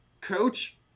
coach